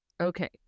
Okay